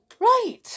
right